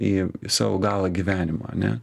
į savo galą gyvenimo ane